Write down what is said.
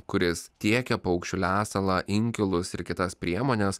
kuris tiekia paukščių lesalą inkilus ir kitas priemones